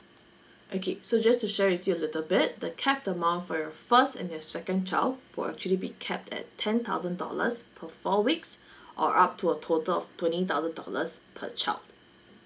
okay so just to share with you a little bit the cap amount for your first and your second child would actually be capped at ten thousand dollars per four weeks or up to a total of twenty thousand dollars per child